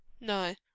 No